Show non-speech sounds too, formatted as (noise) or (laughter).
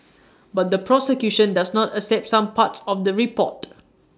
(noise) but the prosecution does not accept some parts of the report